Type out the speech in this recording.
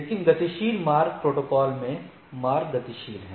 लेकिन गतिशील मार्ग प्रोटोकॉल में मार्ग गतिशील हैं